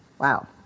Wow